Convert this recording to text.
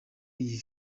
iyi